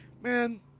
man